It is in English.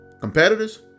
Competitors